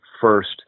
first